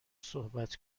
صحبت